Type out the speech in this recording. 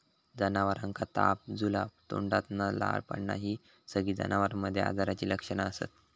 जनावरांका ताप, जुलाब, तोंडातना लाळ पडना हि सगळी जनावरांमध्ये आजाराची लक्षणा असत